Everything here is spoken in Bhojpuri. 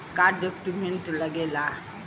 का डॉक्यूमेंट लागेला?